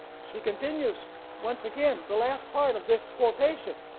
she continues once again the last part of this quotation.